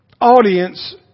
audience